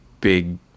big